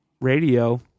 radio